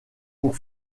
pour